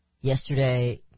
Yesterday